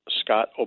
scott